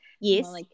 yes